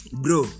bro